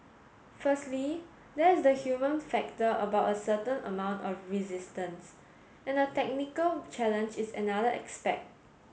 firstly there is the human factor about a certain amount of resistance and the technical challenge is another aspect